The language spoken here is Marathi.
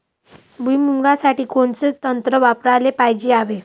भुइमुगा साठी कोनचं तंत्र वापराले पायजे यावे?